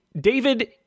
David